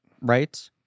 Right